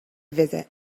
visit